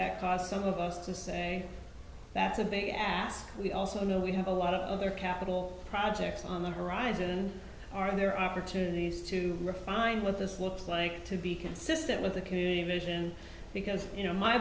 that cost some of us to say that's a big ask we also know we have a lot of their capital projects on the horizon are there opportunities to refine what this looks like to be consistent with the community vision because you know my